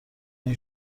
این